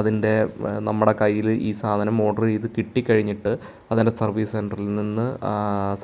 അതിൻ്റെ നമ്മുടെ കയ്യിൽ ഈ സാധനം ഓർഡർ ചെയ്ത് കിട്ടി കഴിഞ്ഞിട്ട് അതിൻ്റെ സർവീസ് സെൻ്ററിൽ നിന്ന്